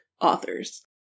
authors